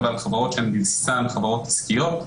אבל חברות שהן בבסיסן חברות עסקיות,